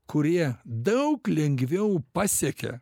kurie daug lengviau pasiekia